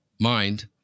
mind –